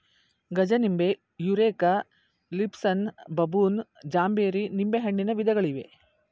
ಗಜನಿಂಬೆ, Eureka, Lisbon, ಬಬೂನ್, ಜಾಂಬೇರಿ ನಿಂಬೆಹಣ್ಣಿನ ವಿಧಗಳಿವೆ